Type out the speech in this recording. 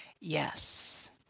yes